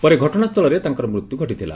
ପରେ ଘଟଣାସ୍ଥଳରେ ତାଙ୍କର ମୃତ୍ୟୁ ଘଟିଥିଲା